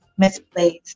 misplaced